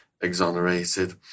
exonerated